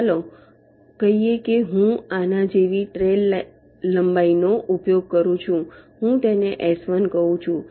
ચાલો કહીએ કે હું આના જેવી ટ્રેલ લંબાઈનો ઉપયોગ કરું છું હું તેને S1 કહું છું